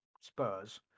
Spurs